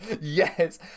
Yes